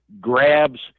grabs